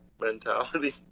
mentality